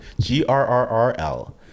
G-R-R-R-L